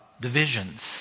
Divisions